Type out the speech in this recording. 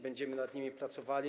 Będziemy nad nim pracowali.